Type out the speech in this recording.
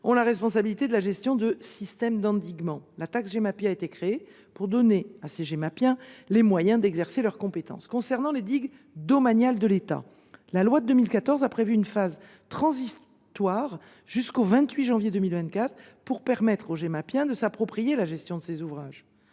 ont la responsabilité de la gestion des systèmes d’endiguement. La taxe Gemapi a été créée pour donner aux Gemapiens les moyens d’exercer leur compétence. Concernant les digues domaniales de l’État, la loi de 2014 a prévu une phase transitoire jusqu’au 28 janvier 2024 pour permettre aux Gemapiens de s’approprier la gestion de ces ouvrages.